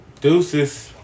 Deuces